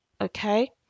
okay